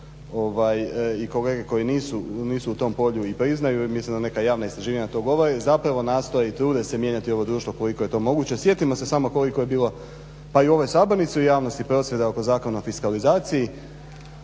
i kolege koji nisu u tom polju i priznaju i mislim da neka javna istraživanja to govore, zapravo nastoje i trude se mijenjati ovo društvo koliko je to moguće. Sjetimo se samo koliko je bilo pa i u ovoj sabornici i u javnosti prosvjeda oko Zakona o fiskalizaciji,